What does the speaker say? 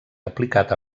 aplicat